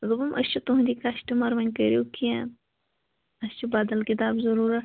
دوٚپُم أسۍ چھِ تُہنٛدے کَسٹمر وۄنۍ کٔرِو کیٚنٛہہ اسہِ چھِ بدل کِتاب ضروٗرت